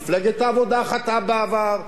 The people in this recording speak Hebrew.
מפלגת העבודה חטאה בעבר,